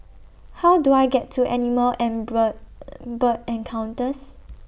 How Do I get to Animal and Bird Bird Encounters